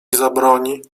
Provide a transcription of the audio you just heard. zabroni